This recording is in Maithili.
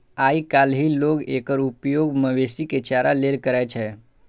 आइकाल्हि लोग एकर उपयोग मवेशी के चारा लेल करै छै